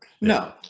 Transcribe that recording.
No